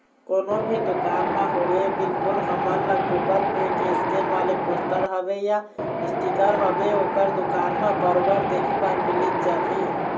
कोनो भी दुकान म होवय बिल्कुल हमन ल गुगल पे के स्केन वाले पोस्टर होवय या इसटिकर होवय ओखर दुकान म बरोबर देखे बर मिलिच जाथे